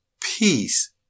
peace